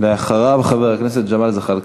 אחריו, חבר הכנסת ג'מאל זחאלקה.